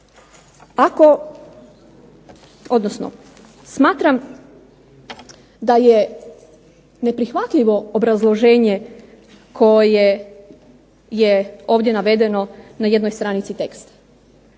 Ako, odnosno smatram da je neprihvatljivo obrazloženje koje je ovdje navedeno na jednoj stranici teksta.